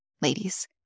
ladies